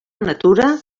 natura